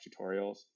tutorials